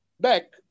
back